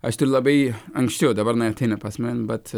aš tai ir labai anksčiau dabar neateina pas mane bet